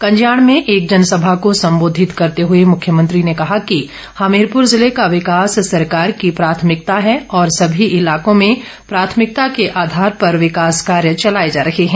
कंजयाण में एक जनसभा को संबोंधित करते हुए मुख्यमंत्री ने कहा कि हमीरपुर जिले का विकास सरकार की प्राथमिकता है और सभी इलाकों में प्राथमिकता के आधार पर विकास कार्य चलाए जा रहे हैं